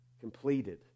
completed